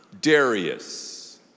Darius